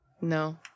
No